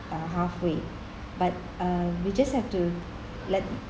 uh halfway but uh we just have to let